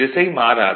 திசை மாறாது